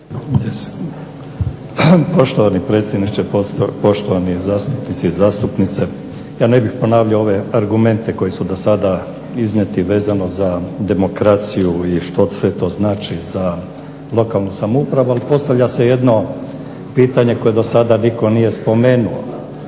Poštovani predsjedniče, poštovani zastupnici i zastupnice. Ja ne bih ponavljao ove argumente koji su do sada iznijeti vezano za demokraciju i što sve to znači za lokalnu samoupravu, ali postavlja se jedno pitanje koje do sada nitko nije spomenuo,